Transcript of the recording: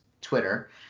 Twitter